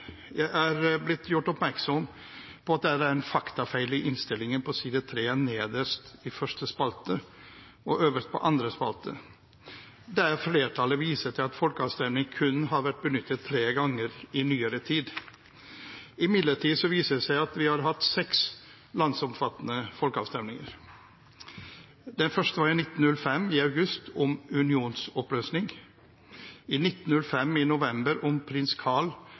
Jeg er blitt gjort oppmerksom på at det er en faktafeil i innstillingen, på side 3, nederst i første spalte og øverst i andre spalte. Det står: «Flertallet viser til at folkeavstemning kun har vært benyttet tre ganger i nyere tid.» Det viser seg imidlertid at vi har hatt seks landsomfattende folkeavstemninger: I august 1905 om unionsoppløsning, i november 1905 om Prins